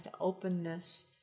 openness